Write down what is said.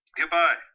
Goodbye